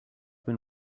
been